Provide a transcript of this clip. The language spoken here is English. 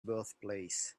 birthplace